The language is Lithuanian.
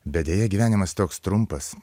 bet deja gyvenimas toks trumpas